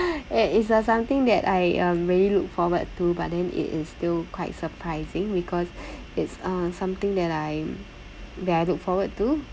it's a something that I uh really look forward to but then it is still quite surprising because it's uh something that I that I look forward to